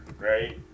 right